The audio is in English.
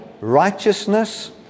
righteousness